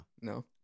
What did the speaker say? No